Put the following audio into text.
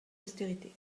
austérité